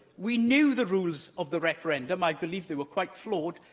we knew the rules of the referendum. i believe they were quite flawed,